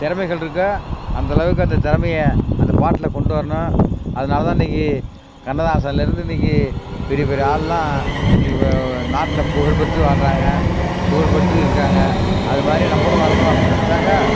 திறமைகள் இருக்குது அந்த அளவுக்கு அந்த திறமைய அந்த பாட்டில் கொண்டு வரணும் அதனால் தான் இன்றைக்கி கண்ணதாசன்லேருந்து இன்றைக்கி பெரிய பெரிய ஆள்ளெலாம் இன்றைக்கி நாட்டில் புகழ்பெற்று வாழ்கிறாங்க புகழ்பெற்று இருக்காங்க அதை மாதிரி நம்மளும் வரணும் அப்படின்னு நினச்சாக்கா